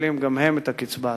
מקבלים גם הם את הקצבה הזאת.